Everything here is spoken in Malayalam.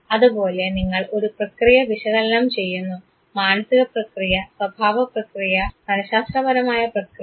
അതുപോലെ നിങ്ങൾ ഒരു പ്രക്രിയ വിശകലനം ചെയ്യുന്നു മാനസിക പ്രക്രിയ സ്വാഭാവ പ്രക്രിയ മനഃശാസ്ത്രപരമായ പ്രക്രിയ